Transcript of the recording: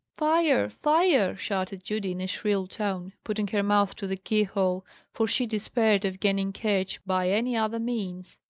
fire! fire! shouted judy, in a shrill tone, putting her mouth to the keyhole for she despaired of gaining ketch by any other means.